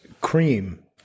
cream